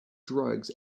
drugs